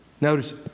Notice